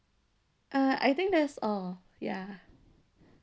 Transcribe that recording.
uh I think that's all ya